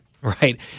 right